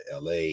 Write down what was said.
LA